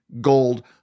gold